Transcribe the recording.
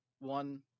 one